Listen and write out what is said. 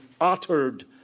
uttered